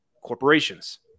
corporations